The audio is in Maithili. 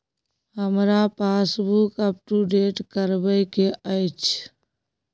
हमरा पासबुक अपडेट करैबे के अएछ?